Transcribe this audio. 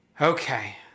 Okay